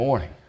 Morning